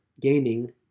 gaining